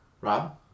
Rob